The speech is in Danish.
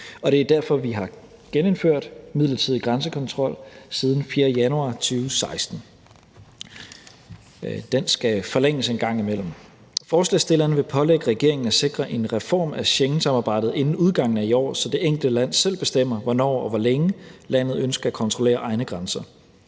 det er derfor, vi har genindført midlertidig grænsekontrol siden den 4. januar 2016. Den skal forlænges en gang imellem. Forslagsstillerne vil pålægge regeringen at sikre en reform af Schengensamarbejdet inden udgangen af i år, så det enkelte land selv bestemmer, hvornår og hvor længe landet ønsker at kontrollere egne grænser.